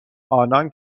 آنان